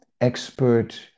expert